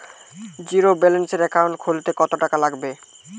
জিরোব্যেলেন্সের একাউন্ট খুলতে কত টাকা লাগবে?